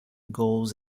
goals